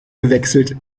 gewechselt